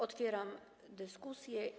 Otwieram dyskusję.